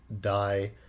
die